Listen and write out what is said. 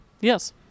Yes